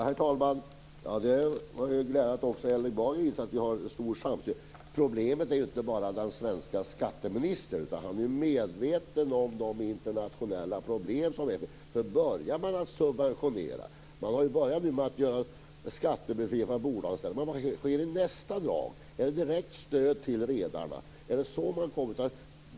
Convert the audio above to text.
Herr talman! Det var glädjande att också Erling Bager inser att vi har en stor samsyn. Problemet är ju inte bara den svenska skatteministern. Han är medveten om de internationella problem som finns. Nu har man ju börjat med att ge skattebefrielse från bolagskatt. Men vad sker i nästa drag? Är det ett direkt stöd till redarna? Är det så man kommer att gå vidare?